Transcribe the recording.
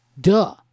duh